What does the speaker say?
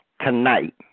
tonight